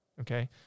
okay